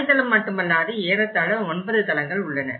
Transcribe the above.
தரைத்தளம் மட்டுமல்லாது ஏறத்தாழ 9 தளங்கள் உள்ளன